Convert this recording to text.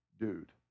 dude